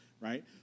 right